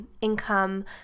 income